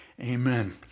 Amen